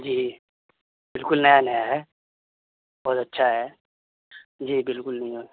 جی بالکل نیا نیا ہے بہت اچھا ہے جی بالکل نیو ہے